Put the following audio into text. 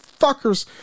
fuckers